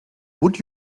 would